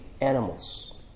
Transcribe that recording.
animals